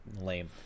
lame